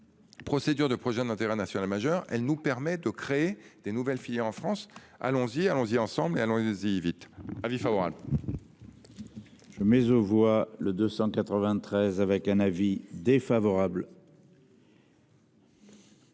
Procédure de projets d'intérêt national majeur, elle nous permet de créer des nouvelles filières en France. Allons-y, allons-y ensemble mais allons-y vite. Avis favorable. Mais on voit le 293 avec un avis défavorable.